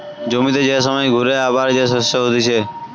জমিতে যে সময় ঘুরে আবার যে শস্য হতিছে